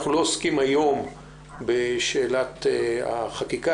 אנחנו לא עוסקים היום בשאלת החקיקה,